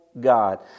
God